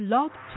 Love